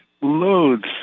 loads